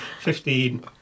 Fifteen